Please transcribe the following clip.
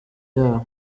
yabo